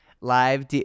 live